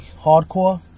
Hardcore